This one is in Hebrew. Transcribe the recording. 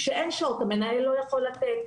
כשאין שעות, המנהל לא יכול לתת.